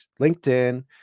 LinkedIn